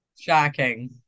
Shocking